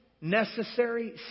necessary